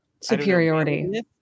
superiority